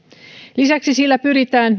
lisäksi sillä pyritään